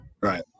Right